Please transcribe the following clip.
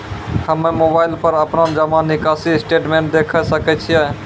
हम्मय मोबाइल पर अपनो जमा निकासी स्टेटमेंट देखय सकय छियै?